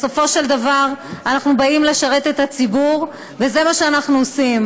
בסופו של דבר אנחנו באים לשרת את הציבור וזה מה שאנחנו עושים.